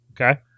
Okay